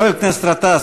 חבר הכנסת גטאס,